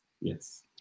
Yes